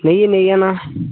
నెయ్యి నెయ్యి అన్న